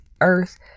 earth